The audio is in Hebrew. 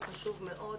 הוא חשוב מאוד,